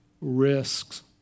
risks